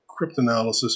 cryptanalysis